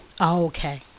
Okay